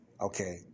Okay